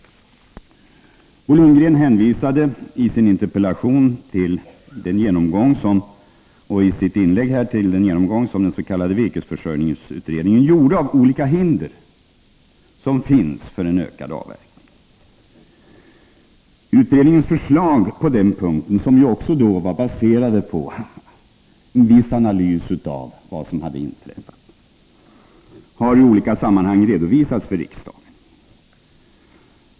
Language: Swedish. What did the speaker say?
Bo Lundgren hänvisade i sin interpellation och i sitt inlägg till den genomgång som virkesförsörjningsutredningen gjorde av olika hinder som finns för en ökad avverkning. Utredningens förslag på den punkten, som ju också var baserade på viss analys av vad som hade inträffat, har i olika sammanhang redovisats för riksdagen.